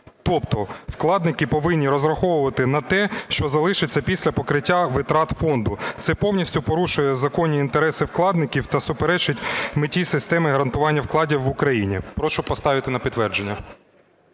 Тобто вкладники повинні розраховувати на те, що залишиться на покриття витрат фонду. Це повністю порушує законні інтереси вкладників та суперечить меті системи гарантування вкладів в Україні. Прошу поставити на підтвердження.